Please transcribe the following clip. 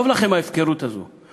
טוב לכם בהפקרות הזו,